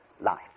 life